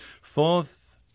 Fourth